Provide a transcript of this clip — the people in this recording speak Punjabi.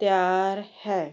ਤਿਆਰ ਹੈ